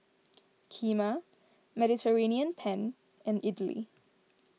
Kheema Mediterranean Penne and Idili